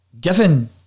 given